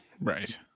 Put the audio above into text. Right